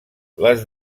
les